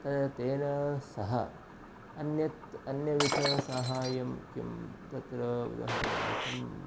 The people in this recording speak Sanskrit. तदद तेन सह अन्यत् अन्यविधसाहाय्यं किं तत्र उदाहरणार्थं